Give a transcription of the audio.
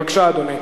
בבקשה, אדוני.